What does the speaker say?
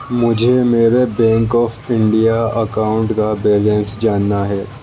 مجھے میرے bank of India account کا بیلنس جاننا ہے